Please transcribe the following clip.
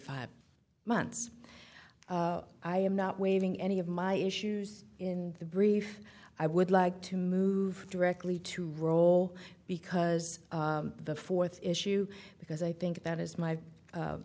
five months i am not waiving any of my issues in the brief i would like to move directly to role because the fourth issue because i think that is my